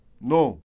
No